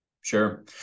Sure